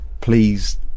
please